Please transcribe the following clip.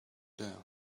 down